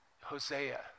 Hosea